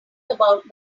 about